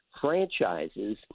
franchises